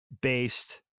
Based